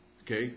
Okay